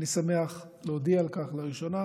ואני שמח להודיע על כך לראשונה,